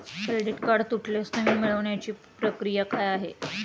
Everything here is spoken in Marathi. क्रेडिट कार्ड तुटल्यास नवीन मिळवण्याची प्रक्रिया काय आहे?